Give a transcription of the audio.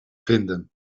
vinden